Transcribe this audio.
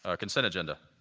ah consent agenda.